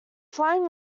flying